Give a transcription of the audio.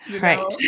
Right